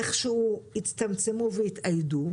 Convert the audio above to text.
איכשהו הצטמצמו והתאיידו.